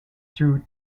through